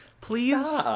please